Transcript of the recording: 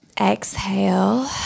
Exhale